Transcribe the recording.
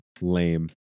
lame